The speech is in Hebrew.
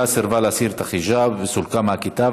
סירבה להסיר את החיג'אב וסולקה מהכיתה.